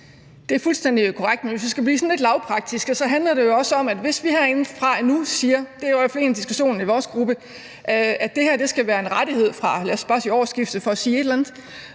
Det er fuldstændig korrekt. Men hvis vi skal blive sådan lidt lavpraktiske, handler det jo også om, at hvis vi herindefra nu siger – det var i hvert fald en diskussion i vores gruppe – at det her skal være en rettighed fra, lad os bare sige årsskiftet, for at sige et eller andet,